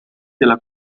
della